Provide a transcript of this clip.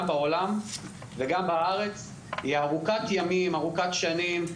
בעולם וגם בארץ היא ארוכת ימים ושנים.